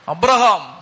Abraham